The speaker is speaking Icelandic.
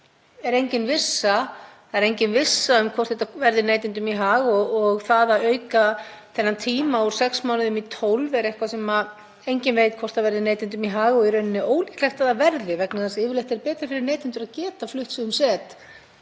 er engin vissa um hvort þetta verði neytendum í hag og það að auka þennan tíma úr sex mánuðum í 12 er eitthvað sem enginn veit hvort verði neytendum í hag og í rauninni ólíklegt að svo verði vegna þess að yfirleitt er betra fyrir neytendur að geta flutt sig um set